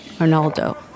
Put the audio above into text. Arnaldo